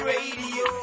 Radio